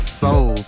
soul